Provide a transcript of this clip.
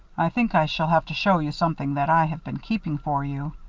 i think i shall have to show you something that i have been keeping for you.